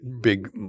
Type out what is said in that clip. big